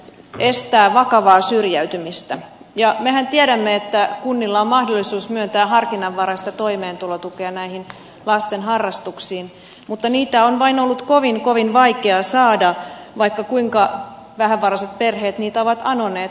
miestä vakavaa syrjäytymistä ja mehän tiedämme että kunnilla mahdollisuus myöntää harkinnanvaraista toimeentulotukea näihin lasten harrastuksiin mutta niitä on vain ollut kovin kovin vaikea saada vaikka kuinka vähävaraiset perheet niitä ovat anoneet